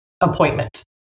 Appointment